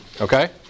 Okay